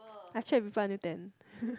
I chat with people until ten